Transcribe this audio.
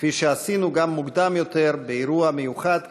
כפי שעשינו מוקדם יותר גם באירוע מיוחד כאן,